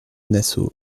nassau